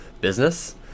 business